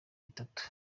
bitatu